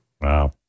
Wow